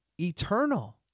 eternal